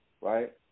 right